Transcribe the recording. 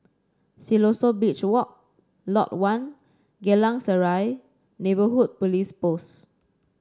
Siloso Beach Walk Lot One Geylang Serai Neighbourhood Police Post